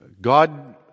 God